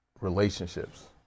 relationships